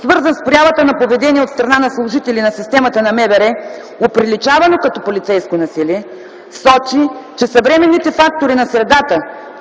свързан с проявата на поведение от страна на служители на системата на МВР, оприличавана като полицейско насилие, сочи, че съвременните фактори на средата,